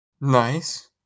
Nice